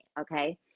Okay